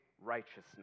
righteousness